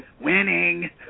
winning